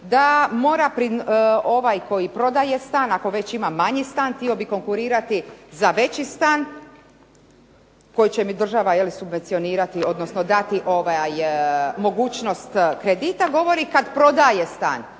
da mora ovaj koji prodaje stan, ako već ima manji stan, htio bi konkurirati za veći stan koji će mi država subvencionirati odnosno dati mogućnost kredita, govori kad prodaje stan,